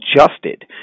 adjusted